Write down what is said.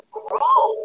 grow